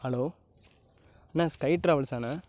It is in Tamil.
ஹலோ அண்ணா ஸ்கை டிராவல்ஸாண்ணே